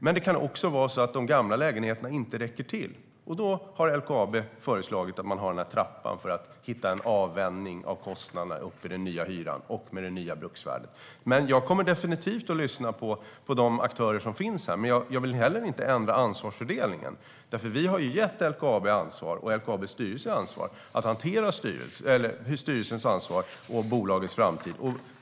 Men det kan också vara på det sättet att de gamla lägenheterna inte räcker till. Då har LKAB föreslagit trappan för att hitta en tillvänjning av kostnaderna upp till den nya hyran och med det nya bruksvärdet. Jag kommer definitivt att lyssna på de aktörer som är med här. Men jag vill inte ändra ansvarsfördelningen. Vi har nämligen gett LKAB och LKAB:s styrelse ansvar att hantera bolagets framtid.